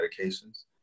medications